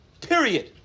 period